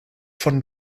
von